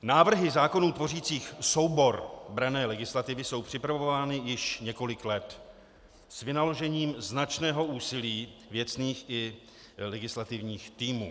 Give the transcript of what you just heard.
Návrhy zákonů tvořících soubor branné legislativy jsou připravovány již několik let s vynaložením značného úsilí věcných i legislativních týmů.